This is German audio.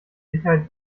sicherheit